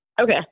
Okay